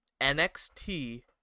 NXT